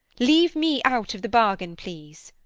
leave me out of the bargain, please.